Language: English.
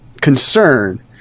concern